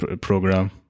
program